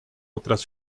otras